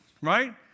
right